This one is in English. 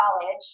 college